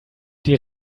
die